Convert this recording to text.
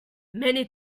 many